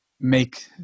make